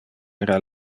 era